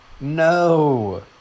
no